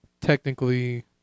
technically